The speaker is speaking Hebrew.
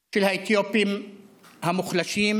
של האתיופים המוחלשים,